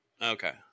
Okay